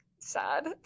sad